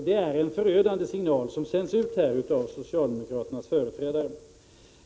Det är en förödande signal som sänds ut av socialdemokraternas företrädare.